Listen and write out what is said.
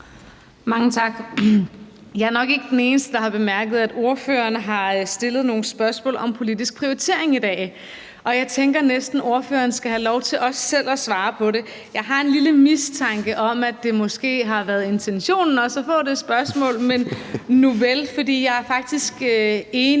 Mange tak. Jeg er nok ikke den eneste, der har bemærket, at ordføreren har stillet nogle spørgsmål om politisk prioritering i dag. Jeg tænker næsten, at ordføreren skal have lov til også selv at svare på det. Jeg har en lille mistanke om, at det måske også har været intentionen at få det spørgsmål. Men nuvel, jeg er faktisk enig